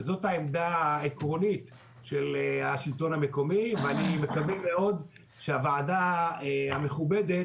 זאת העמדה העקרונית של השלטון המקומי ואני מקווה מאוד שהוועדה המכובדת,